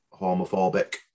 homophobic